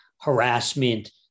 harassment